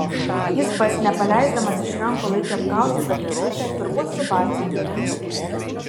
jis pats nepaleisdamas iš rankų laikė apkaustytą dėžutę turbūt su batsiuvio įnagiais